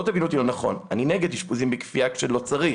אל תבינו אותי לא נכון: אני נגד אשפוז אשפוזים בכפייה כשלא צריך.